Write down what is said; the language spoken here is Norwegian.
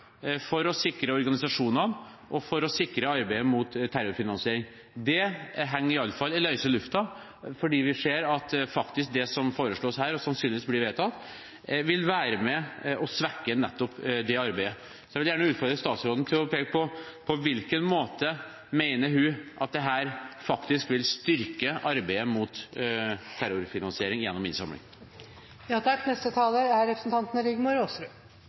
for å sikre forbrukerne, for å sikre organisasjonene og for å sikre arbeidet mot terrorfinansiering? Det henger iallfall i løse lufta, fordi vi ser at det som foreslås her, og som sannsynligvis blir vedtatt, faktisk vil være med og svekke nettopp det arbeidet. Jeg vil gjerne utfordre statsråden til å svare på: På hvilken måte mener hun at dette faktisk vil styrke arbeidet mot terrorfinansiering gjennom